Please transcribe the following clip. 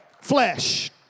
flesh